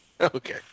Okay